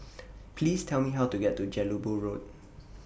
Please Tell Me How to get to Jelebu Road